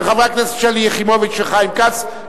של חברי הכנסת שלי יחימוביץ וחיים כץ,